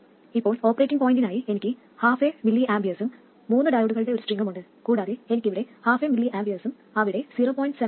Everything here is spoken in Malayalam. ഇപ്പോൾ ഓപ്പറേറ്റിംഗ് പോയിന്റിനായി എനിക്ക് ഹാഫ് എ mA ഉം മൂന്ന് ഡയോഡുകളുടെ ഒരു സ്ട്രിംഗും ഉണ്ട് കൂടാതെ എനിക്ക് ഇവിടെ ഹാഫ് എ mA ഉം അവിടെ 0